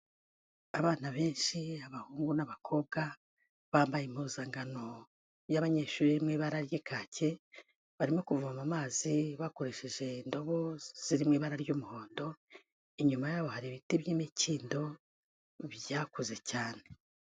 Abana benshi abahungu n'abakobwa bambaye impuzangano y'abanyeshuri iri mu ibara ry'ikake, barimo kuvoma amazi bakoresheje indobo ziri mu ibara ry'umuhondo. Inyuma yabo hari ibiti by'imikindo byakuze cyane.